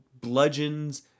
bludgeons